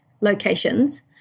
locations